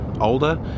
older